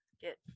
get